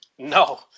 No